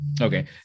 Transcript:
okay